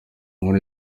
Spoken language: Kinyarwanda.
nkuru